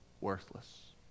worthless